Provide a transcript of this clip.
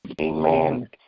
Amen